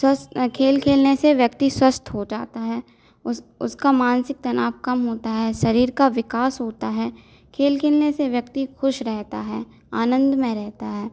स्वस्थ्य खेल खेलने से व्यक्ति स्वस्थ हो जाता है उस उसका मानसिकता काम होता है शरीर का विकास होता है खेल खेलने से व्यक्ति खुश रहता है आनंदमय रहता है